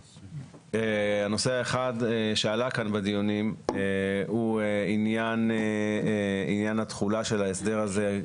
הנושא האחד שעלה כאן בדיונים הוא עניין התחולה של ההסדר הזה.